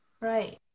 Right